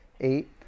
eight